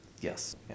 Yes